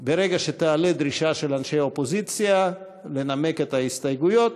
ברגע שתעלה דרישה של אנשי האופוזיציה לנמק את ההסתייגויות,